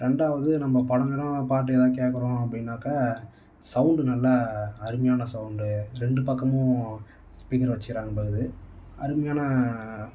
ரெண்டாவது நம்ம படம் கிடம் பாட்டு எதாவது கேட்குறோம் அப்படின்னாக்க சவுண்டு நல்லா அருமையான சவுண்டு ரெண்டு பக்கமும் ஸ்பீக்கர் வச்சிருக்காங்கன்றது அருமையான